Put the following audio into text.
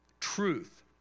truth